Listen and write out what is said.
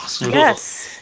Yes